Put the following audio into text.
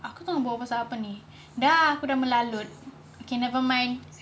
aku tak mahu bual pasal apa ni dah aku dah melalut okay nevermind